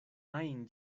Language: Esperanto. ajn